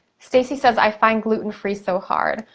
stacy says, i find gluten free so hard.